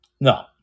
No